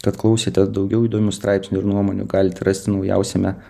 kad klausėte daugiau įdomių straipsnių ir nuomonių galite rasti naujausiame